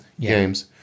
games